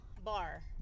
bar